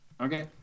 okay